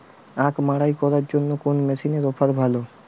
আখ মাড়াই করার জন্য কোন মেশিনের অফার ভালো?